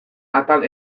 atal